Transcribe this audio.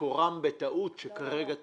מקורן בטעות שכרגע תוקנה.